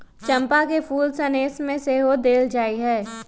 चंपा के फूल सनेश में सेहो देल जाइ छइ